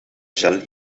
gel